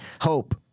Hope